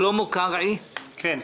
שלמה קרעי, בבקשה.